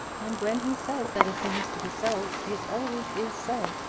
and when he says that a thing is to be so, it always is so.